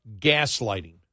Gaslighting